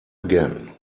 again